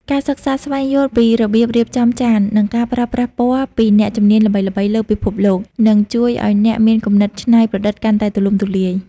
ការសិក្សាស្វែងយល់ពីរបៀបរៀបចំចាន និងការប្រើប្រាស់ពណ៌ពីអ្នកជំនាញល្បីៗលើពិភពលោក នឹងជួយឱ្យអ្នកមានគំនិតច្នៃប្រឌិតកាន់តែទូលំទូលាយ។